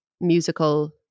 musical